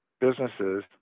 businesses